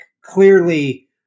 Clearly